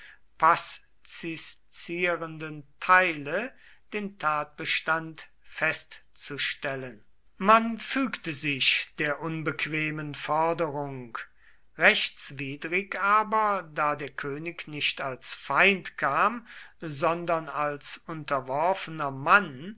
paziszierenden teile den tatbestand festzustellen man fügte sich der unbequemen forderung rechtswidrig aber da der könig nicht als feind kam sondern als unterworfener mann